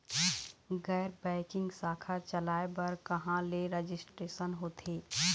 गैर बैंकिंग शाखा चलाए बर कहां ले रजिस्ट्रेशन होथे?